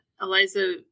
eliza